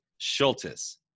Schultes